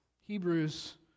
Hebrews